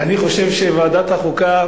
אני חושב שוועדת החוקה